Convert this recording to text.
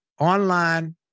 online